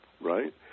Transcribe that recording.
right